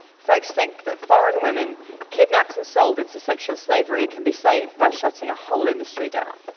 folks think that foreign women kidnapped and sold into sexual slavery can be saved by shutting a whole industry down.